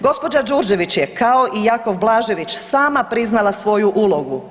Gđa. Đurđević je, kao i Jakov Blažević, sama priznala svoju ulogu.